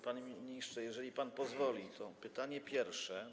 Panie ministrze, jeżeli pan pozwoli, to pytanie pierwsze.